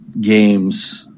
games